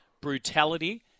brutality